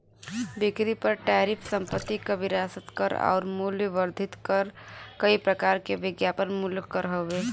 बिक्री कर टैरिफ संपत्ति कर विरासत कर आउर मूल्य वर्धित कर कई प्रकार के विज्ञापन मूल्य कर हौ